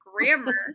grammar